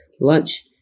lunch